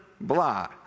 blah